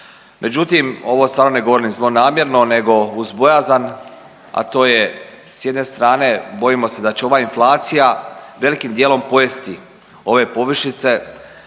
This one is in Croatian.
Međutim, ovo stvarno ne govorim zlonamjerno nego uz bojazan, a to je s jedne strane bojimo se da će ova inflacija velikim dijelom pojesti ove povišice